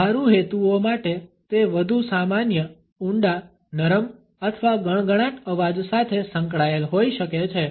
વ્યવહારુ હેતુઓ માટે તે વધુ સામાન્ય ઊંડા નરમ અથવા ગણગણાટ અવાજ સાથે સંકળાયેલ હોઈ શકે છે